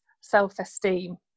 self-esteem